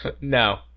No